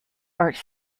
arts